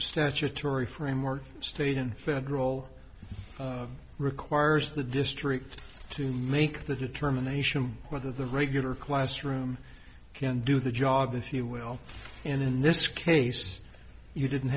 of state and federal requires the district to make the determination whether the regular classroom can do the job if you will and in this case you didn't